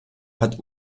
hat